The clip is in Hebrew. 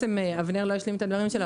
אבנר לא השלים את הדברים שלו,